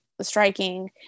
striking